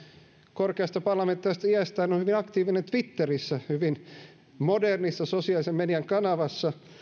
korkeasta parlamentaarisesta iästään huolimatta on hyvin aktiivinen twitterissä hyvin modernissa sosiaalisen median kanavassa